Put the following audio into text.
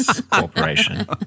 corporation